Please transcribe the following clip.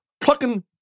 plucking